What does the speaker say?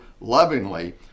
lovingly